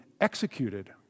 executed